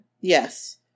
Yes